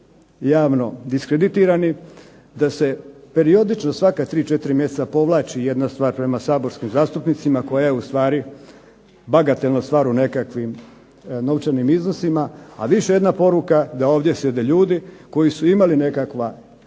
javno diskreditirani, da se periodično svaka dva, tri mjeseca povlači jedna stvar prema saborskim zastupnicima koja je ustvari bagatelna stvar u nekakvim novčanim iznosima, a više jedna poruka da ovdje sjede ljudi koji su imali nekakve